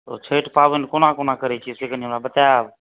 तऽ छठि पाबनि केना केना करै छी कनि हमरा बताएब